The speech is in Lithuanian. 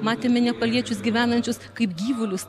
matėme nepaliečius gyvenančius kaip gyvulius